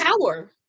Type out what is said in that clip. power